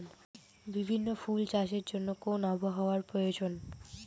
বিভিন্ন ফুল চাষের জন্য কোন আবহাওয়ার প্রয়োজন?